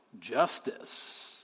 justice